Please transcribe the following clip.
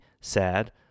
sad